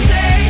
Say